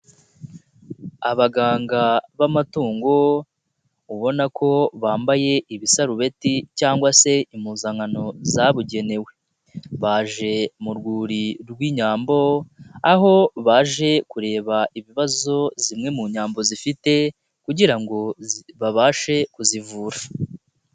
Abaganga b'amatungo ubona ko bambaye ibisarubeti, cyangwa se impuzankano zabugenewe, baje mu rwuri rw'inyambo aho baje kureba ibibazo zimwe mu nyambo zifite, kugira ngo babashe kuzivusha.